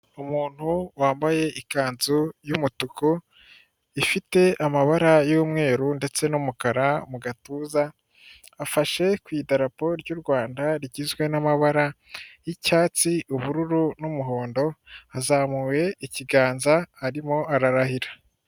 Umuntu wambaye ikanzu y'umutuku ifite amabara y'umweru ndetse n'umukara mu gatuza, afashe ku idarapo ry'u Rwanda, rigizwe n'mabara y'icyatsi ubururu n'umuhondo, azamuye ikiganza arimo ararahira.